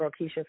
Keisha